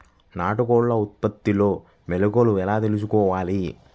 నాటుకోళ్ల ఉత్పత్తిలో మెలుకువలు ఎలా తెలుసుకోవాలి?